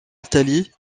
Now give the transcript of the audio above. italie